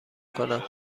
کنم